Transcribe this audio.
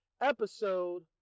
Episode